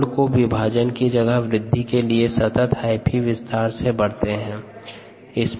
mould विभाजन की जगह वृद्धि के लिए सतत् हाइफी विस्तार से बढ़ते है